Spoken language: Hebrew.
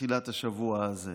בתחילת השבוע הזה.